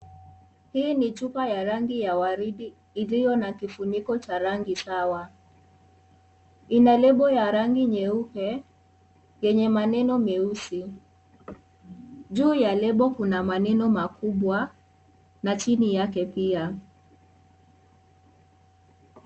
Hii ni chupa ya rangi ya waridi iliyonna kifuniko cha rangi Sawa. Ina lebo ya rangi nyeupe yenye maneno meusi, juu ya lebo kuna maneno makubwa na chini yake pia.